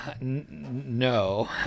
no